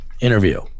interview